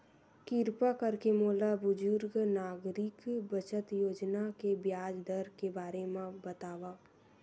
किरपा करके मोला बुजुर्ग नागरिक बचत योजना के ब्याज दर के बारे मा बतावव